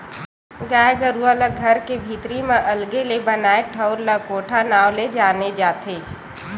गाय गरुवा ला घर के भीतरी म अलगे ले बनाए ठउर ला कोठा नांव ले जाने जाथे